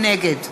נגד